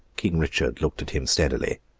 king richard looked at him steadily.